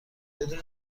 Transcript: بدون